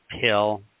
pill